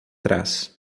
trás